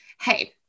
hey